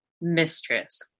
Mistress